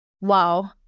Wow